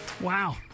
Wow